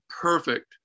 perfect